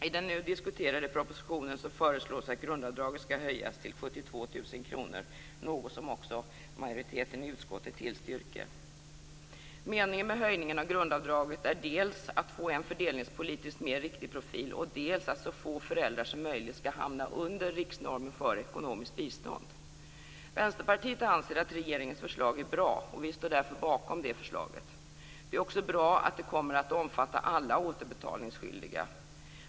I den nu diskuterade propositionen föreslås att grundavdraget skall höjas till 72 000 kr, något som också majoriteten i utskottet tillstyrker. Meningen med höjningen av grundavdraget är dels att man skall få en fördelningspolitiskt mer riktig profil, dels att så få föräldrar som möjligt skall hamna under riksnormen för ekonomiskt bistånd. Vänsterpartiet anser att regeringens förslag är bra, och vi står därför bakom förslaget. Det är också bra att det kommer att omfatta alla återbetalningsskyldiga.